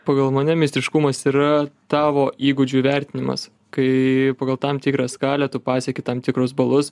pagal mane meistriškumas yra tavo įgūdžių įvertinimas kai pagal tam tikrą skalę tu pasieki tam tikrus balus